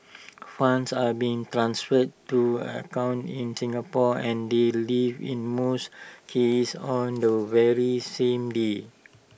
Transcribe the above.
funds are being transferred to accounts in Singapore and they leave in most cases on the very same day